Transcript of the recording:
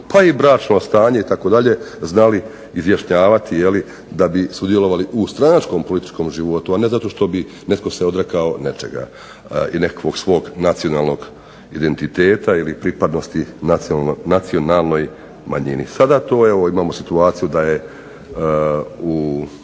pa i bračno stanje itd., znali izjašnjavati je li da bi sudjelovali u stranačkom političkom životu, a ne zato što bi netko se odrekao nečega i nekakvog svog nacionalnog identiteta ili pripadnosti nacionalnoj manjini. Sada to, evo imamo situaciju da je